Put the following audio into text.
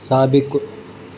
साबिक़ु